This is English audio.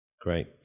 Great